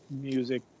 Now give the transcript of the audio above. music